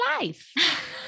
life